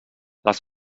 les